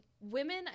women